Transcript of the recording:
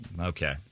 okay